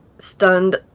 stunned